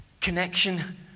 Connection